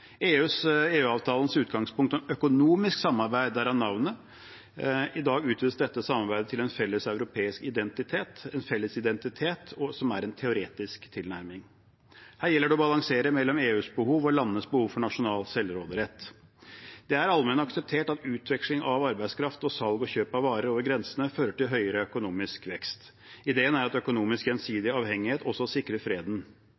utgangspunkt er økonomisk samarbeid, derav navnet. I dag utvides dette samarbeidet til en felles europeisk identitet – en felles identitet som er en teoretisk tilnærming. Her gjelder det å balansere mellom EUs behov og landenes behov for nasjonal selvråderett. Det er allment akseptert at utveksling av arbeidskraft og salg og kjøp av varer over grensene fører til høyere økonomisk vekst. Ideen er at økonomisk gjensidig avhengighet også sikrer freden.